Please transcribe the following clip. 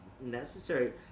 necessary